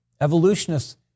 Evolutionists